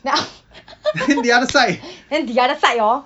then af~ then the other side hor